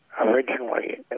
originally